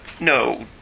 No